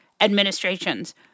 administrations